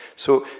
so,